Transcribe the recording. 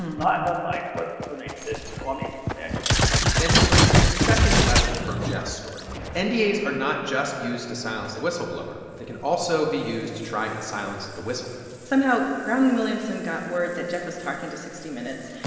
not unlike what's her name did, stormy daniels and this brings us to the second lesson from jeff's story. and ndas are not just used to silence the whistleblower. they can also be used to try and silence the whistle somehow brown and williamson got word that jeff was talking to sixty minutes,